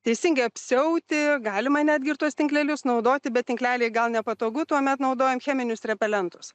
teisingai apsiauti galima netgi ir tuos tinklelius naudoti be tinkleliai gal nepatogu tuomet naudojam cheminius repelentus